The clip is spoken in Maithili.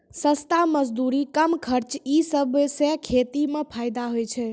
सस्ता मजदूरी, कम खर्च ई सबसें खेती म फैदा होय छै